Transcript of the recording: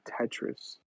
Tetris